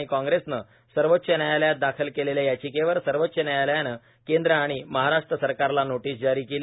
आणि कॉंग्रेसनं सर्वोच न्यायालयात दाखल केलेल्या याचिकेवर सर्वोच्च न्यायालयानं केंद्र आणि महाराष्ट्र सरकारला नोटीस जारी केली